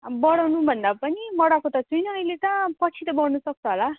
बढाउनु भन्दा पनि बढाएको त छुइनँ अहिले त पछि चाहिँ बढ्नु सक्छ होला